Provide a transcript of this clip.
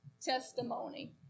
testimony